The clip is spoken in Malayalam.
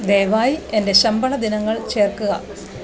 ദയവായി എൻ്റെ ശമ്പള ദിനങ്ങൾ ചേർക്കുക